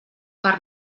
per